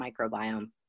microbiome